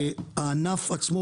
הענף עצמו,